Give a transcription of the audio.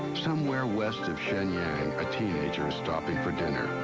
somewhere west of xinyang, a teenager is stopping for dinner,